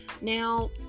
Now